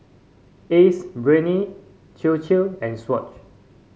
Ace Brainery Chir Chir and Swatch